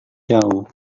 jauh